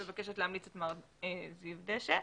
שמבקשת להמליץ על מר זיו דשא,